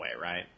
right